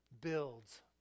builds